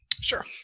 Sure